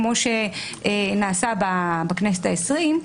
כמו שנעשה בכנסת העשרים,